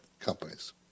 companies